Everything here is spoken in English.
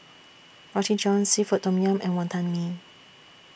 Roti John Seafood Tom Yum and Wantan Mee